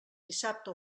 dissabte